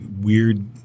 weird